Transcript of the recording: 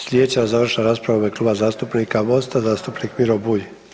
Slijedeća završna rasprava u ime Kluba zastupnika MOST-a, zastupnik Miro Bulj.